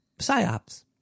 PSYOPs